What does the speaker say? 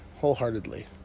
wholeheartedly